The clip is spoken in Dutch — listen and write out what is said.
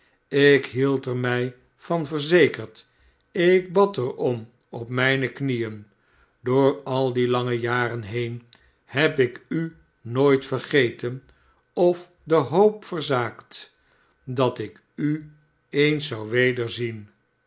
ik hielq er mij van verzekerd ik bad er om op mijne knieen door al die lange jaren heen heb ik u nooit vergeten of de hoop verzaakt dat ik u eens